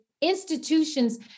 institutions